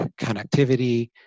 connectivity